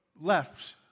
left